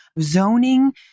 Zoning